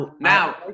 now